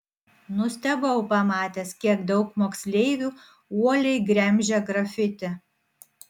nustebau pamatęs kiek daug moksleivių uoliai gremžia grafiti